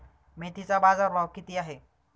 मेथीचा बाजारभाव किती आहे?